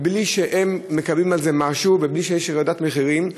בלי שהם מקבלים על זה משהו ובלי שיש ירידת מחירים,